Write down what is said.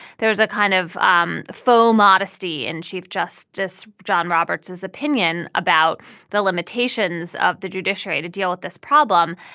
there is a kind of um faux modesty in chief justice john roberts his opinion about the limitations of the judiciary to deal with this problem.